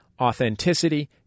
Authenticity